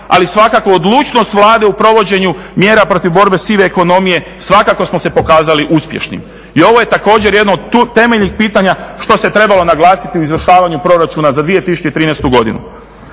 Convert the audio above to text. ali svakako odlučnost Vlade u provođenju mjera protiv borbe sive ekonomije svakako smo se pokazali uspješnim. I ovo je također jedno od temeljnih pitanja što se trebalo naglasiti u izvršavanju proračuna za 2013. godinu.